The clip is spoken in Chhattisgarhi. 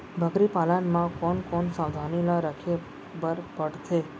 बकरी पालन म कोन कोन सावधानी ल रखे बर पढ़थे?